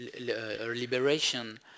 liberation